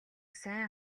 сайн